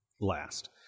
last